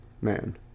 Man